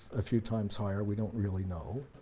a few times higher, we don't really know,